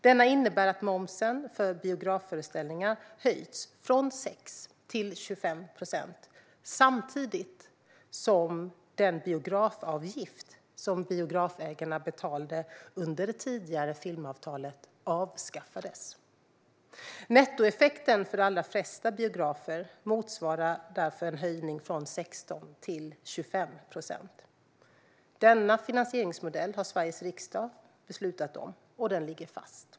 Denna innebär att momsen för biografföreställningar höjts från 6 till 25 procent samtidigt som den biografavgift som biografägarna betalade under det tidigare filmavtalet avskaffades. Nettoeffekten för de allra flesta biografer motsvarar därför en höjning från 16 till 25 procent. Denna finansieringsmodell har Sveriges riksdag beslutat om, och den ligger fast.